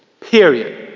Period